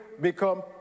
become